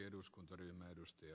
arvoisa puhemies